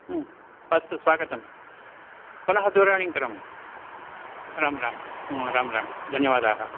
अस्तु स्वागतं पुनः दूरवाणीं करोमि राम राम राम राम धन्यवादाः